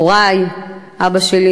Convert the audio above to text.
הורי: אבא שלי,